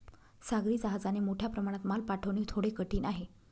सागरी जहाजाने मोठ्या प्रमाणात माल पाठवणे थोडे कठीण आहे